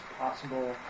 possible